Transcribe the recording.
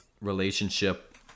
relationship